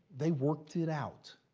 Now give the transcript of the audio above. they worked it out.